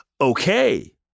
okay